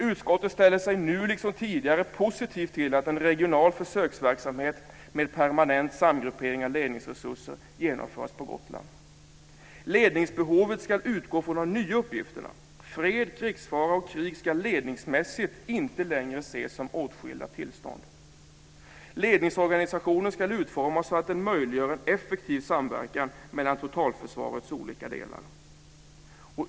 Utskottet ställer sig nu liksom tidigare positivt till att en regional försöksverksamhet med en permanent samgruppering av ledningsresurser genomförs på · Ledningsbehovet ska utgå från de nya uppgifterna. Fred, krigsfara och krig ska ledningsmässigt inte längre ses som åtskilda tillstånd. · Ledningsorganisationen ska utformas så att den möjliggör en effektiv samverkan mellan totalförsvarets olika delar.